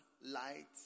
light